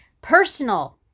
Personal